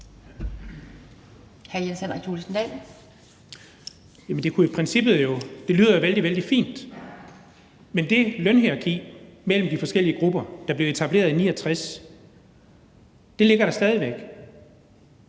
Det lyder jo vældig, vældig fint. Men det lønhierarki mellem de forskellige grupper, der blev etableret i 1969, ligger der stadig væk,